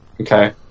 okay